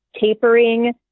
tapering